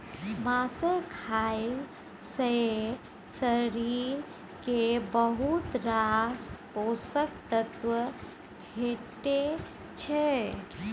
माछ खएला सँ शरीर केँ बहुत रास पोषक तत्व भेटै छै